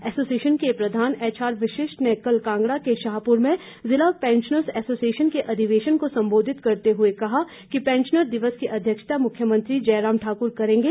association के प्रधान H R Vashishth ने कल कांगड़ा के शाहपुर में जिला पैंशनर एसोसिएशन के अधिवेशन को संबोधित करते हुए कहा कि पैंशनर दिवस की अध्यक्षता मुख्यमंत्री जयराम ठाकुर करेंगे